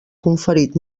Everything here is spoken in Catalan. conferit